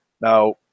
Now